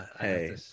hey